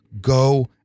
go